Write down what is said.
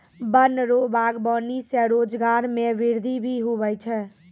वन रो वागबानी से रोजगार मे वृद्धि भी हुवै छै